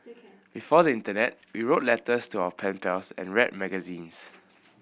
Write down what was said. before the internet we wrote letters to our pen pals and read magazines